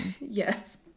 Yes